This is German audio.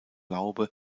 laube